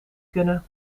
kunnen